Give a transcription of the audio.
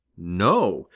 no,